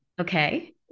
Okay